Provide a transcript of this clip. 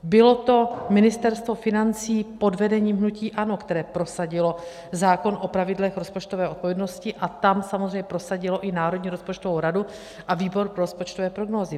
Bylo to Ministerstvo financí pod vedením hnutí ANO, které prosadilo zákon o pravidlech rozpočtové odpovědnosti, a tam samozřejmě prosadilo i Národní rozpočtovou radu a výbor pro rozpočtové prognózy.